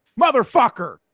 motherfucker